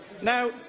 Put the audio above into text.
now,